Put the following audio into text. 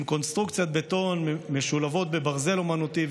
עם קונסטרוקציות בטון משולבות בברזל אומנותי,